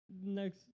next